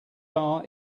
bar